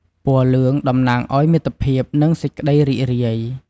ពណ៌លឿង តំណាងឲ្យ មិត្តភាព និង សេចក្តីរីករាយ។